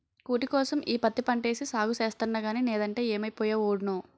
కూటికోసం ఈ పత్తి పంటేసి సాగు సేస్తన్నగానీ నేదంటే యేమైపోయే వోడ్నో